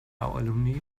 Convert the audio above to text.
alumni